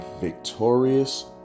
victorious